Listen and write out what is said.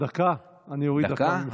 דקה, אני אוריד ממך דקה.